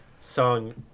song